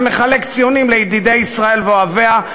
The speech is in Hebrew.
שמחלק ציונים לידידי ישראל ואוהביה,